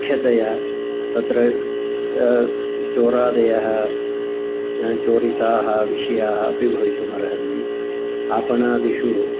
मुख्यतया तत्र चोरादयः चोरिताः विषयाः अपि भवितुम् अर्हन्ति आपणादिषु